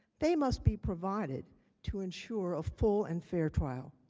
they must be provided to ensure a full and fair trial.